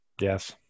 Yes